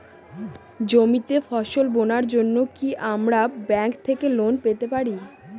জমিতে ফসল বোনার জন্য কি আমরা ব্যঙ্ক থেকে লোন পেতে পারি?